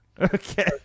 Okay